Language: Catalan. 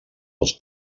dels